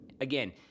again –